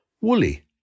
woolly